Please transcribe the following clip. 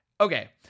Okay